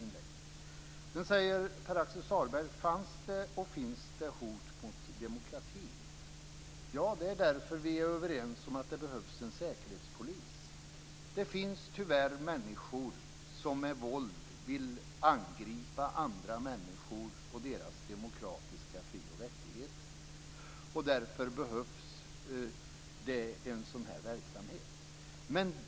Sedan frågade Pär-Axel Sahlberg: Fanns det och finns det hot mot demokratin? Ja, det är därför som vi är överens om att det behövs en säkerhetspolis. Det finns tyvärr människor som med våld vill angripa andra människor och deras demokratiska fri och rättigheter. Därför behövs det en sådan här verksamhet.